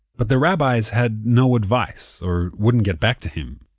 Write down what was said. but the rabbis had no advice, or wouldn't get back to him.